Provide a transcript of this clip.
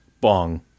bong